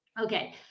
Okay